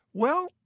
well,